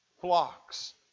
flocks